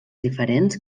diferents